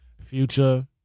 Future